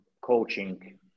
coaching